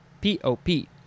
P-O-P